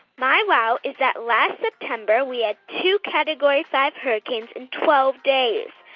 my wow is that last september, we had two category five hurricanes in twelve days.